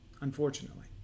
Unfortunately